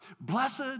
Blessed